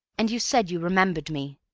and you said you remembered me.